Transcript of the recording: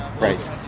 Right